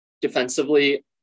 Defensively